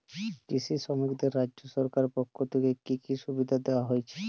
কৃষি শ্রমিকদের রাজ্য সরকারের পক্ষ থেকে কি কি সুবিধা দেওয়া হয়েছে?